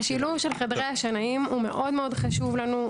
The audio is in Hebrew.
השילוב של חדרי השנאים הוא מאוד מאוד חשוב לנו,